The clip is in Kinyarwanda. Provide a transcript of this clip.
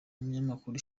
umunyamakuru